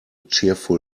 cheerful